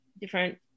different